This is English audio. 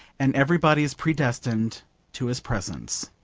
and everybody is predestined to his presence.